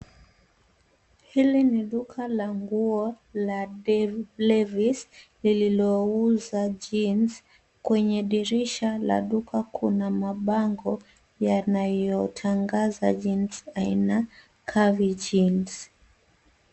Hili ni duka la nguo la Levis liliouza jeans . Kwenye dirisha la duka kuna mabango yanayotangaza jeans aina curvy jeans .